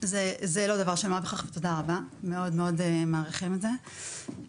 שזה מה שאנחנו אומרים, ואני חייבת לפתוח ולסגור